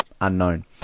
Unknown